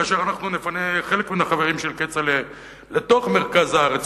כשאנחנו נפנה חלק מהחברים של כצל'ה לתוך מרכז הארץ,